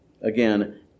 again